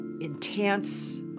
intense